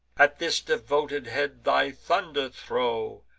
at this devoted head thy thunder throw,